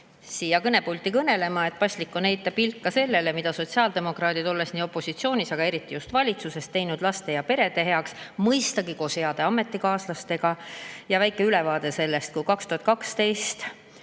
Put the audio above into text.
siia kõnepulti kõnelema? Paslik on heita pilk ka sellele, mida sotsiaaldemokraadid, juba olles opositsioonis, aga eriti just valitsuses olles on teinud laste ja perede heaks – mõistagi koos heade ametikaaslastega. Väike ülevaade sellest. 2012.